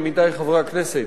עמיתי חברי הכנסת,